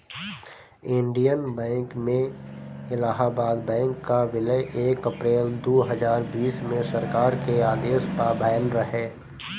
Indian bank में Allahabad bank कअ विलय एक अप्रैल दू हजार बीस में सरकार के आदेश पअ भयल रहे